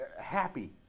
Happy